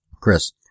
Chris